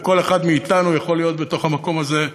וכל אחד מאתנו יכול להיות במקום הזה,